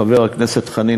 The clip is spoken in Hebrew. חבר הכנסת חנין,